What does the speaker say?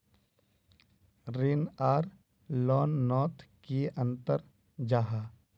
ऋण आर लोन नोत की अंतर जाहा?